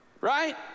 right